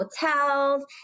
hotels